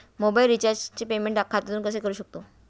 Mobile रिचार्जचे payment खात्यातून कसे करू शकतो?